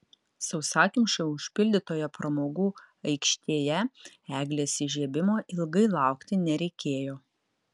sausakimšai užpildytoje pramogų aikštėje eglės įžiebimo ilgai laukti nereikėjo